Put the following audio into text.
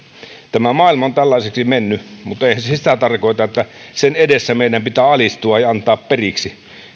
tämä maailma on tällaiseksi mennyt mutta eihän se sitä tarkoita että sen edessä meidän pitää alistua ja antaa periksi